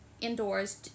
indoors